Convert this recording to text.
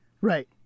Right